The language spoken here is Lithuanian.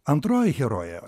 antroji herojė